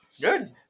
Good